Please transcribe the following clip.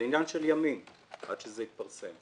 זה עניין של ימים עד שזה יתפרסם.